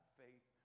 faith